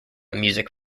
music